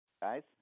Guys